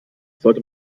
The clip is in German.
sollte